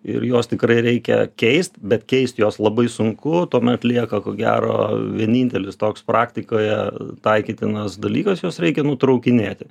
ir juos tikrai reikia keist bet keist juos labai sunku tuomet lieka ko gero vienintelis toks praktikoje taikytinas dalykas juos reikia nutraukinėti